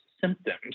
symptoms